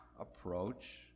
approach